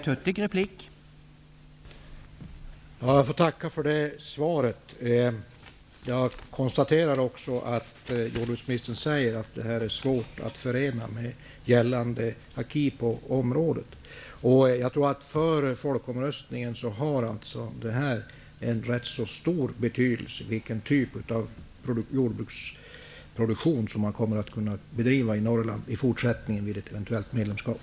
Herr talman! Jag får tacka för det svaret. Jag konstaterar också att jordbruksministern säger att detta är svårt att förena med gällande acquis på området. Det har en rätt så stor betydelse före folkomröstningen att veta vilken typ av produktion som kommer att kunna bedrivas i Norrland i fortsättningen vid ett eventuellt medlemskap.